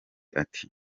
ati